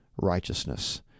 righteousness